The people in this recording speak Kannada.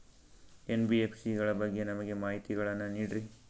ಎನ್.ಬಿ.ಎಫ್.ಸಿ ಗಳ ಬಗ್ಗೆ ನಮಗೆ ಮಾಹಿತಿಗಳನ್ನ ನೀಡ್ರಿ?